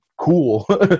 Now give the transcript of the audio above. cool